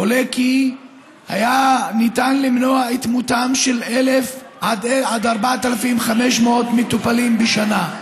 עולה כי היה ניתן למנוע את מותם של 1,000 עד 4,500 מטופלים בשנה,